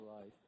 life